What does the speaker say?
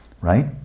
right